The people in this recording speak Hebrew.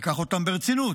ניקח אותם ברצינות,